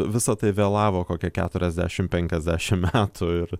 visa tai vėlavo kokia keturiasdešim penkiasdešim metų ir